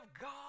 God